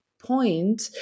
point